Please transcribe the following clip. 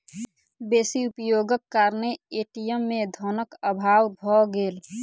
बेसी उपयोगक कारणेँ ए.टी.एम में धनक अभाव भ गेल